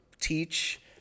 teach